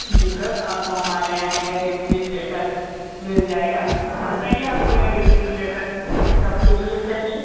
जी sir आपको हमारे यहाँ यह रेफ्रिजरेटर मिल जाएगा बताइए आपको यहाँ रेफ्रिजरेटर कब के लिए चाहिए